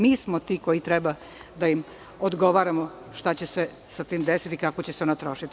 Mi smo ti koji treba da im odgovaramo šta će se sa tim desiti, kako će se ona trošiti.